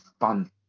fun